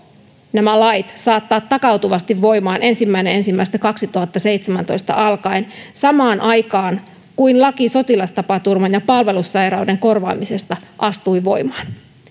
nämä lait saattaa takautuvasti voimaan ensimmäinen ensimmäistä kaksituhattaseitsemäntoista alkaen samaan aikaan kuin laki sotilastapaturman ja palvelussairauden korvaamisesta astui voimaan